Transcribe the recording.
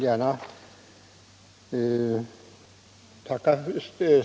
Herr talman!